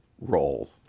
role